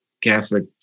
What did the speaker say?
Catholic